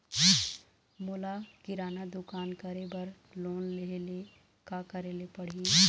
मोला किराना दुकान करे बर लोन लेहेले का करेले पड़ही?